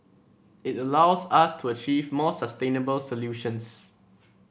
it allows us to achieve more sustainable solutions